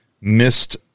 missed